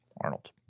Arnold